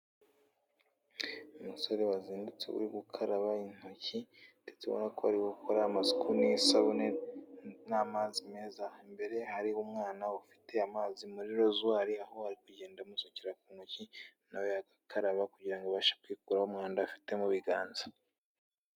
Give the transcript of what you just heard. Umusore wazindutse uri gukaraba intoki ndetse ubona ko ari gukora amasuku n'isabune n'amazi meza, imbere hariho umwana ufite amazi muri rozwari, aho ari kugenda amusukira ku ntoki, nawe agakaraba kugirango abashe kwikuraho umwanda afite mu biganza.